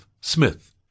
Smith